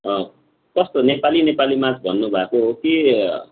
कस्तो नेपाली नेपालीमाझ भन्नुभएको हो कि